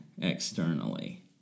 externally